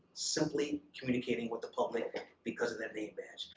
simply communicating with the public because of that name badge.